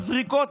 הזריקות,